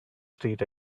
street